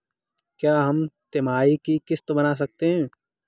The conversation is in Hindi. क्या हम तिमाही की किस्त बना सकते हैं?